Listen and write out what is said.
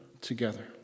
together